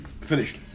Finished